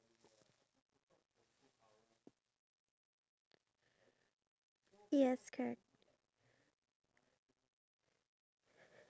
iya true because people at cafes and restaurants usually the time pass due to the fact that